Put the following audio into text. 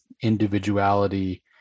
individuality